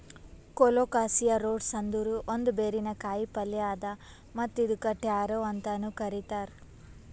colocasia roots ಅಂದುರ್ ಒಂದ್ ಬೇರಿನ ಕಾಯಿಪಲ್ಯ್ ಅದಾ ಮತ್ತ್ ಇದುಕ್ ಟ್ಯಾರೋ ಅಂತನು ಕರಿತಾರ್